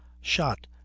shot